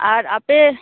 ᱟᱨ ᱟᱯᱮ